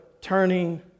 turning